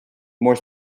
more